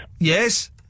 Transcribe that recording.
Yes